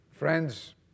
Friends